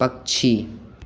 पक्षी